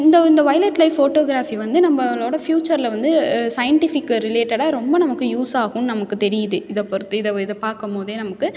இந்த இந்த wild life photography வந்து நம்மளோடய ஃப்யூச்சரில் வந்து சைன்டிஃபிக்கு ரிலேட்டடாக ரொம்ப நமக்கு யூஸாகும் நமக்கு தெரியுது இதை பொறுத்து இதை இதை பார்க்கும் போதே நமக்கு